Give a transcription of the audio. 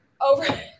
over